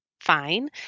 fine